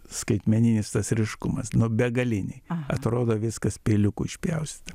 skaitmeninis tas ryškumas begaliniai atrodo viskas peiliuku išpjaustyta